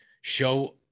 show